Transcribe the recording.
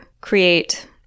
create